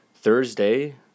Thursday